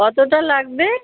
কতটা লাগবে